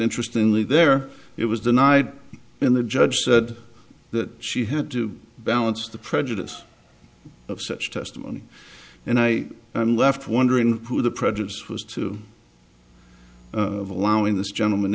interesting only there it was the night when the judge said that she had to balance the prejudice of such testimony and i am left wondering who the prejudice was to allowing this gentleman